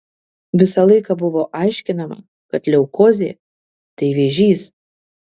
visą laiką buvo aiškinama kad leukozė tai vėžys